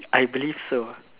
it I believe so